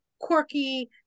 quirky